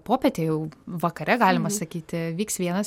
popietę jau vakare galima sakyti vyks vienas